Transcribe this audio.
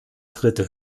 dritte